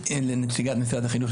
לנציגת משרד החינוך,